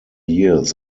years